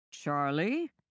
Charlie